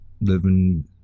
living